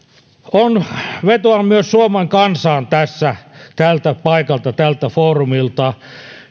vetoan tässä myös suomen kansaan tältä paikalta tältä foorumilta